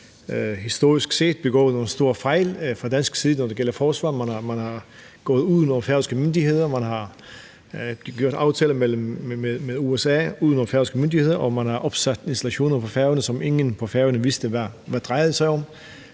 historisk set er begået nogle store fejl fra dansk side. Man er gået uden om de færøske myndigheder; man har lavet aftaler med USA uden om de færøske myndigheder, og man har opsat installationer på Færøerne, som ingen på Færøerne vidste hvad drejede sig om.